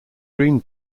green